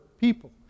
people